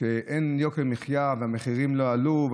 שאין יוקר מחיה והמחירים לא עלו,